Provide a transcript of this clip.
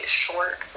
short